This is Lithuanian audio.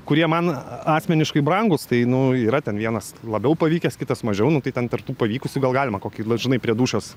kurie man asmeniškai brangūs tai nu yra ten vienas labiau pavykęs kitas mažiau nu tai ten tarp tų pavykusių gal galima kokį žinai prie dūšios